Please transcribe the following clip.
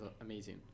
amazing